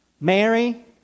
Mary